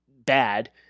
bad